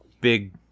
big